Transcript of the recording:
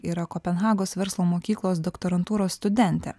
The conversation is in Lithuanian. yra kopenhagos verslo mokyklos doktorantūros studentė